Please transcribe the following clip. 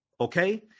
okay